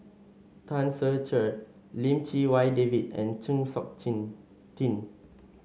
Tan Ser Cher Lim Chee Wai David and Chng Seok Tin